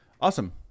Awesome